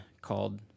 called